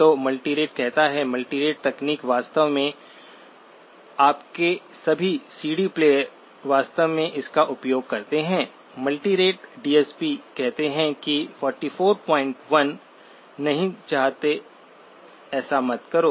तो मल्टीरेट कहता है मल्टीरेट तकनीक वास्तव में आपके सभी सीडी प्लेयर वास्तव में इसका उपयोग करते हैं मल्टीरेट डीएसपी कहते हैं कि 441 नहीं चाहते ऐसा मत करो